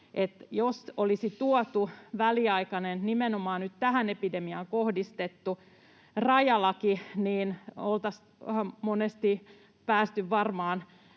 Jos olisi tuotu väliaikainen, nimenomaan nyt tähän epidemiaan kohdistettu rajalaki, niin oltaisiin monesti päästy varmaan